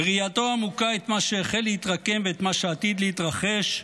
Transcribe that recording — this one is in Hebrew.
בראייתו העמוקה את מה שהחל להתרקם ואת מה שעתיד להתרחש,